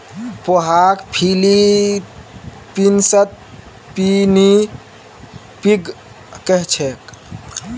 पोहाक फ़िलीपीन्सत पिनीपिग कह छेक